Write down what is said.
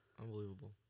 Unbelievable